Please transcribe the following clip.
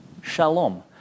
shalom